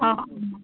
অঁ